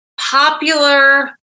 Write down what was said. popular